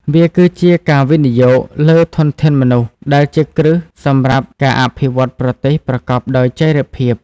វាគឺជាការវិនិយោគលើធនធានមនុស្សដែលជាគ្រឹះសម្រាប់ការអភិវឌ្ឍប្រទេសប្រកបដោយចីរភាព។